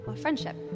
friendship